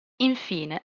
infine